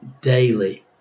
Daily